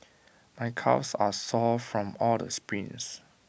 my calves are sore from all the sprints